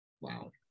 Wow